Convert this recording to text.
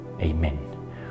Amen